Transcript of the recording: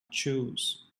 choose